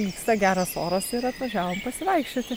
vyksta geras oras ir atvažiavom pasivaikščioti